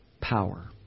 power